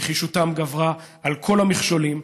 נחישותם גברה על כל המכשולים,